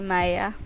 Maya